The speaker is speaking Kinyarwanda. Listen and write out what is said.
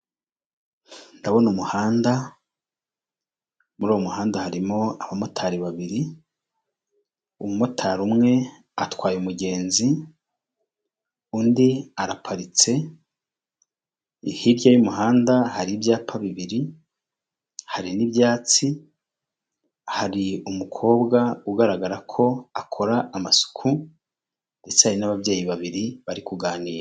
Ndabona umuhanda, muri uwo muhanda harimo abamotari babiri, umumotari umwe atwaye umugenzi, undi araparitse, hirya y'umuhanda hari ibyapa bibiri, hari n'ibyatsi, hari umukobwa ugaragara ko akora amasuku, ndetse hari n'ababyeyi babiri bari kuganira.